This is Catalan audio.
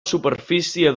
superfície